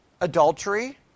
adultery